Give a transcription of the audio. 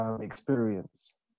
experience